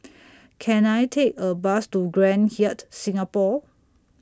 Can I Take A Bus to Grand Hyatt Singapore